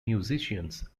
musicians